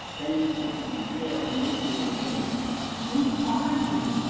bending to look into the pale, emaciated face who are you?